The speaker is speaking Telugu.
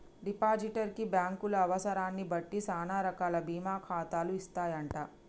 డిపాజిటర్ కి బ్యాంకులు అవసరాన్ని బట్టి సానా రకాల బీమా ఖాతాలు ఇస్తాయంట